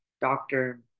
doctor